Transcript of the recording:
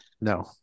no